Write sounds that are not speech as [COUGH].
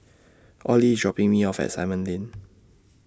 Audley IS dropping Me off At Simon Lane [NOISE]